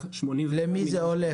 למי זה הולך?